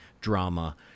drama